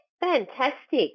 Fantastic